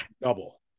double